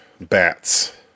bats